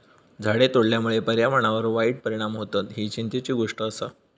झाडे तोडल्यामुळे पर्यावरणावर वाईट परिणाम होतत, ही चिंतेची गोष्ट आसा